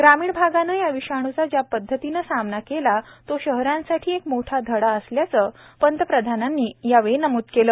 ग्रामीण भागानं या विषाणूचा ज्या पद्धतीनं सामना केला तो शहरांसाठी एक मोठा धडा असल्याचं पंतप्रधानांनी यावेळी नम्द केलं